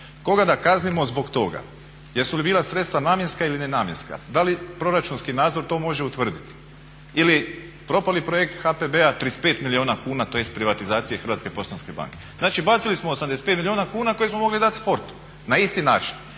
Koga da kaznimo zbog toga? Jesu li bila sredstva namjenska ili nenamjenska? Da li proračunski nadzor to može utvrditi? Ili, propali projekt HPB-a 35 milijuna kuna tj. privatizacije HPB-a. Znači, bacili smo 85 milijuna kuna koje smo mogli dati sportu na isti način.